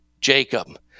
Jacob